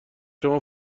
شما